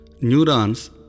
neurons